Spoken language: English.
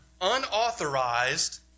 unauthorized